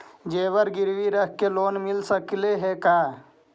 जेबर गिरबी रख के लोन मिल सकले हे का?